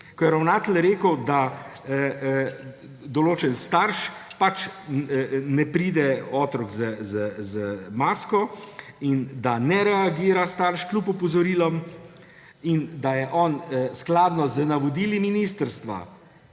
Ko je ravnatelj rekel, da določen otrok ne pride z masko in da starš ne reagira kljub opozorilom in da je on skladno z navodili ministrstva